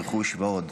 ברכוש ועוד,